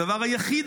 בדבר היחיד,